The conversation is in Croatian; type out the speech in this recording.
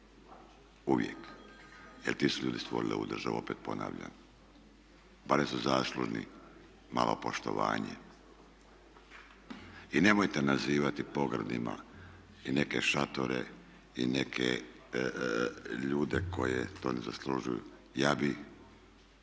uvijek. Jer ti su ljudi stvorili ovu državu, opet ponavljam. Barem su zaslužni malo poštovanja. I nemojte nazivati pogrdnima i neke šatore i neke ljude koji to ne zaslužuju. Ja bih